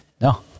No